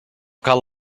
cal